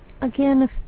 Again